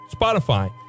Spotify